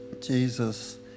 Jesus